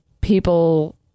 people